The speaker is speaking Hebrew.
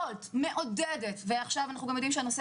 וולט מעודדת ועכשיו אנחנו גם יודעים שהנושא